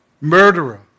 murderer